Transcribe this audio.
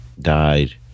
died